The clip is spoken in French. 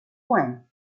point